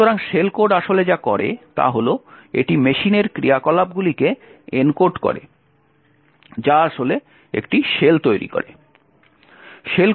সুতরাং shell code আসলে যা করে তা হল এটি মেশিনের ক্রিয়াকলাপগুলিকে এনকোড করে যা আসলে একটি শেল তৈরি করে